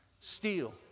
Steal